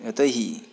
यतोहि